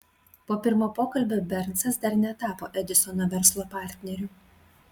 po pirmo pokalbio bernsas dar netapo edisono verslo partneriu